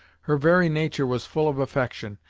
her very nature was full of affection,